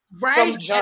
Right